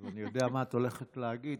אז אני יודע מה את הולכת להגיד,